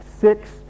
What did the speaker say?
six